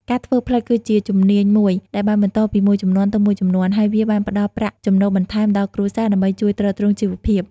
ការធ្វើផ្លិតគឺជាជំនាញមួយដែលបានបន្តពីមួយជំនាន់ទៅមួយជំនាន់ ហើយវាបានផ្តល់ប្រាក់ចំណូលបន្ថែមដល់គ្រួសារដើម្បីជួយទ្រទ្រង់ជីវភាព។